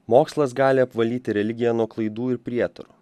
mokslas gali apvalyti religiją nuo klaidų ir prietarų